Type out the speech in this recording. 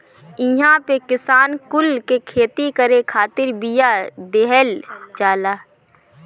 इहां पे किसान कुल के खेती करे खातिर बिया दिहल जाला